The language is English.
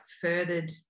furthered